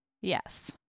Yes